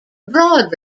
broad